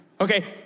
Okay